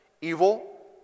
evil